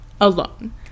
alone